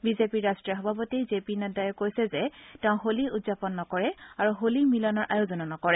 বিজেপিৰ ৰাষ্ট্ৰীয় সভাপতি জে পি নড্ডায়ো কৈছে যে তেওঁ হোলী উদযাপন নকৰে আৰু হোলী মিলনৰ আয়োজনো নকৰে